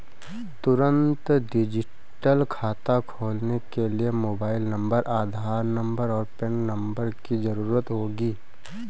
तुंरत डिजिटल खाता खोलने के लिए मोबाइल नंबर, आधार नंबर, और पेन नंबर की ज़रूरत होगी